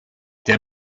der